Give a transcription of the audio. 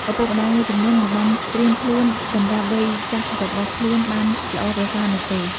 ឪពុកម្ដាយមួយចំនួនមិនបានត្រៀមខ្លួនសម្រាប់វ័យចាស់របស់ខ្លួនបានល្អប្រសើរនោះទេ។